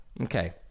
okay